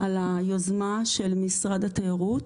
על היוזמה של משרד התיירות